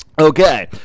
Okay